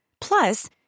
Plus